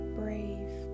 brave